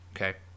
Okay